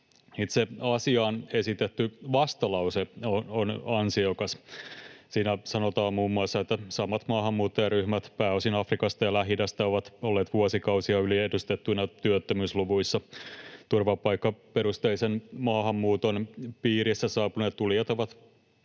Itse asiaan esitetty vastalause on ansiokas. Siinä sanotaan muun muassa, että samat maahanmuuttajaryhmät, pääosin Afrikasta ja Lähi-idästä, ovat olleet vuosikausia yliedustettuina työttömyysluvuissa. Turvapaikkaperusteisen maahanmuuton piirissä saapuneet tulijat ovat